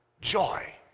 joy